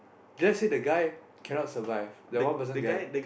let's say the guy cannot survive the one person guy